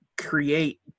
create